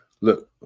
look